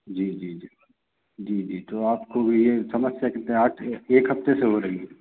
जी जी जी जी जी तो आपको यह समस्या कितने एक हफ्ते से हो रही है